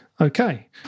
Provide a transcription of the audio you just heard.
Okay